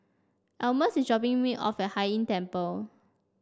Almus is dropping me off Hai Inn Temple